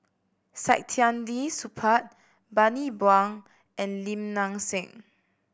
Saktiandi Supaat Bani Buang and Lim Nang Seng